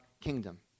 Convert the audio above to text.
kingdom